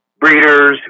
breeders